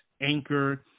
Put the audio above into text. Anchor